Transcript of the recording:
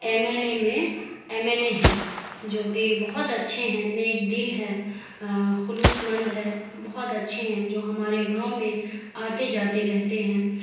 M L A میں M L A ہیں جوکہ بہت اچھے ہیں نیک دل ہیں خلوص مند ہے بہت اچھے ہیں جو ہمارے گاؤں میں آتے جاتے رہتے ہیں